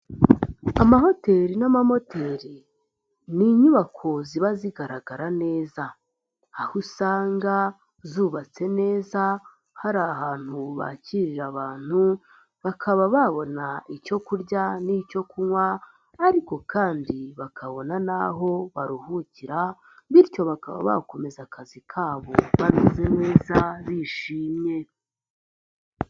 Amahoteli n'amamoteli ni inyubako ziba zigaragara neza, aho usanga zubatse neza hari ahantu bakirira abantu bakaba babona icyo kurya n'icyo kunywa ariko kandi bakabona n'aho baruhukira bityo bakaba bakomeza akazi kabo bameze neza bishimye.